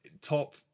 top